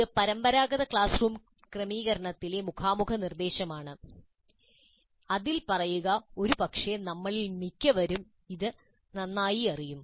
ഇത് പരമ്പരാഗത classroom ക്രമീകരണത്തിലെ മുഖാമുഖ നിർദ്ദേശമാണ് അതിൽ പറയുക ഒരുപക്ഷേ നമ്മളിൽ മിക്കവർക്കും ഇത് നന്നായി അറിയാം